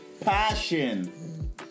Passion